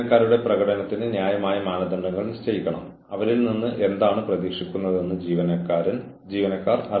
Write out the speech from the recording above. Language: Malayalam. ജീവനക്കാരുടെ ഉൽപ്പാദനക്ഷമതയിലേക്കുള്ള വഴിയെ വളരെ ദോഷകരമായി ബാധിക്കും